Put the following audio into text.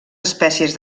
espècies